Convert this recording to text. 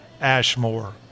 Ashmore